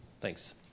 Thanks